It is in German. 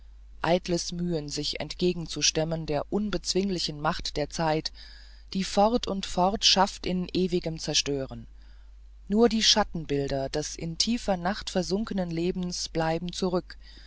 eitles mühen sich entgegenzustemmen der unbezwinglichen macht der zeit die fort und fort schafft in ewigem zerstören nur die schattenbilder des in tiefe nacht versunkenen lebens bleiben zurück